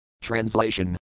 Translation